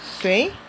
谁